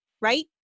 right